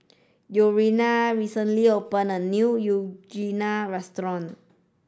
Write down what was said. Urijah recently opened a new Unagi Restaurant